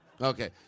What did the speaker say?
Okay